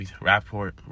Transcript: rapport